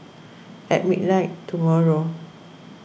at midnight tomorrow